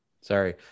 sorry